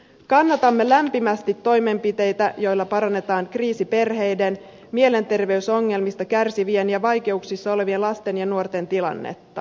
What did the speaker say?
kannatamme lämpimästi toimenpiteitä joilla parannetaan kriisiperheiden mielenterveysongelmista kärsivien ja vaikeuksissa olevien lasten ja nuorten tilannetta